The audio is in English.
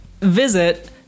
visit